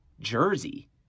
jersey